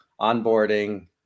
onboarding